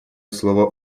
слово